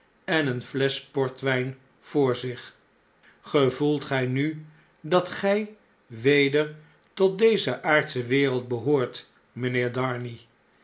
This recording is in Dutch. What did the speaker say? en eene flesch portwijn voor zich gevoelt gij nu dat gij weder tot deze aardsche wereld behoort mijnheer darnay